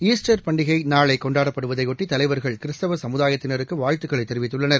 Easter பண்டிகைநாளைகொண்டாடப்படுவதையொட்டிதலைவர்கள் கிறிஸ்துவசமுதாயத்தினருக்குவாழ்த்துக்களைதெரிவித்துள்ளனர்